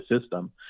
system